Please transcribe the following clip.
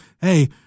hey